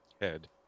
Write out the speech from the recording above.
Head